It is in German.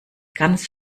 ganz